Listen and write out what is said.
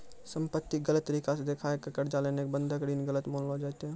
संपत्ति के गलत तरिका से देखाय के कर्जा लेनाय बंधक ऋण गलत मानलो जैतै